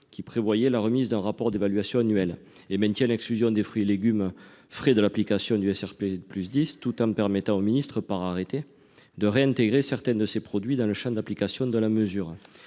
qui prévoyait la remise chaque année d'un rapport d'évaluation. Par ailleurs, il tend à exclure les fruits et légumes frais de l'application du SRP+10, tout en permettant au ministre, par arrêté, de réintégrer certains de ces produits dans le champ d'application de la mesure.